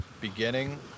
beginning